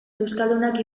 euskaldunak